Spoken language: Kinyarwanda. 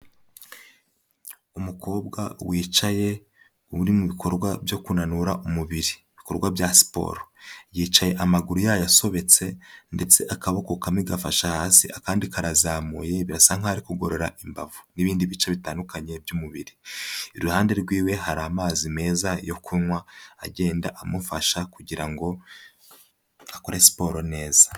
Umukobwa wicaye uri mu bikorwa byo kunanura umubiri, ibikorwa bya siporo, yicaye amaguru yayasobetse ndetse akaboko kamwe gafashe hasi akandi karazamuye, birasa nk'aho ari kugorora imbavu n'ibindi bice bitandukanye by'umubiri, iruhande rwiwe hari amazi meza yo kunywa, agenda amufasha kugira ngo akore siporo neza.